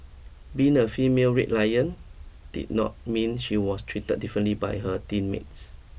being a female Red Lion did not mean she was treated differently by her teammates